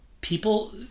people